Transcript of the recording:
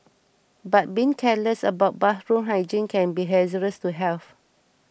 but being careless about bathroom hygiene can be hazardous to health